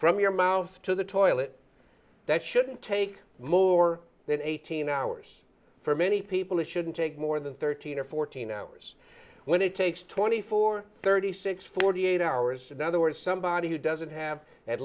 from your mouth to the toilet that shouldn't take more than eighteen hours for many people it shouldn't take more than thirteen or fourteen hours when it takes twenty four thirty six forty eight hours in other words somebody who doesn't have at